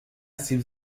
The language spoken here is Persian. سیب